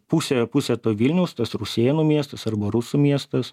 pusė pusė to vilniaus tas rusėnų miestas arba rusų miestas